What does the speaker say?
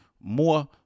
more